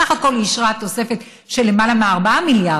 בסך הכול היא אישרה תוספת של למעלה מ-4 מיליארד,